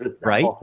right